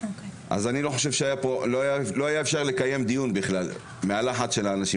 אז אני לא חושב שהיה אפשר לקיים דיון מהלחץ של האנשים.